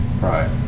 Right